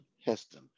Heston